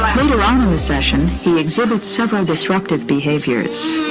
later on in the session, he exhibits several disruptive behaviors.